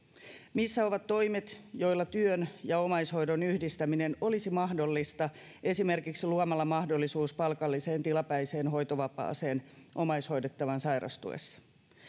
missä ovat toimet joilla työn ja omaishoidon yhdistäminen olisi mahdollista esimerkiksi luomalla mahdollisuus palkalliseen tilapäiseen hoitovapaaseen omaishoidettavan sairastuessa